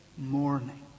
morning